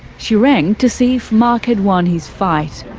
she rang to see if mark had won his fight.